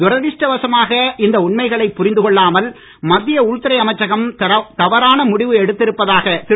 துரதிஷ்ட வசமாக இந்த உண்மைகளை புரிந்து கொள்ளாமல் மத்திய உள்துறை அமைச்சகம் தவறான முடிவு எடுத்திருப்பதாக திரு